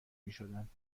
میشدند